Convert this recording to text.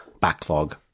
backlog